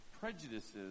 prejudices